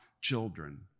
children